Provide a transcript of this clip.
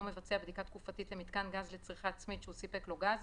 מבצע בדיקה תקופתית למיתקן גז לצריכה עצמית שהוא סיפק לו גז,